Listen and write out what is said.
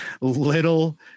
little